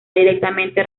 directamente